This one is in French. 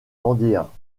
vendéens